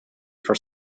for